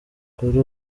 kuri